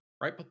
Right